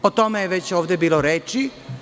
O tome je već ovde bilo reči.